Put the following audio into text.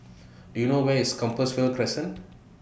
Do YOU know Where IS Compassvale Crescent